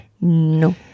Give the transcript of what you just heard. No